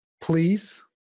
please